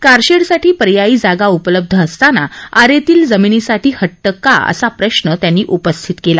कारशेडसाठी पर्यायी जागा उपलब्ध असताना आरेतील जमीनीसाठीच हट्ट का असा प्रश्न त्यांनी उपस्थित केला